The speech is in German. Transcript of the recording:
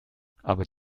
aber